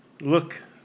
Look